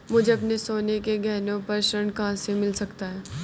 मुझे अपने सोने के गहनों पर ऋण कहां से मिल सकता है?